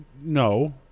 No